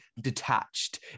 detached